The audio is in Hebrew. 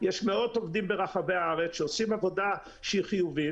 יש מאות עובדים ברחבי הארץ שעושים עבודה שהיא חיובית.